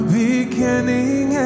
beginning